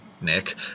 Nick